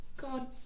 God